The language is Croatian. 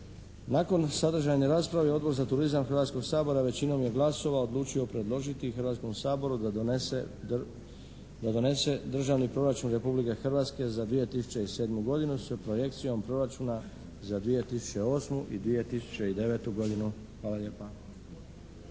Nakon sadržajne rasprave Odbor za turizam Hrvatskoga sabora većinom je glasova odlučio predložiti Hrvatskom saboru da donese Državni proračun Republike Hrvatske za 2007. godinu s projekcijom proračuna za 2008. i 2009. godinu. Hvala lijepa.